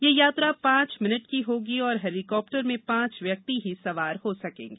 यह यात्रा पांच भिनट की होगी और हेलीकॉप्टर में पांच व्यक्ति ही सवार हो सकेंगे